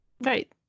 right